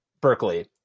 berkeley